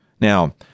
Now